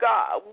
God